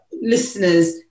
listeners